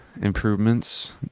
improvements